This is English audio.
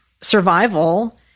survival